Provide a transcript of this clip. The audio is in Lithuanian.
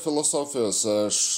filosofijos aš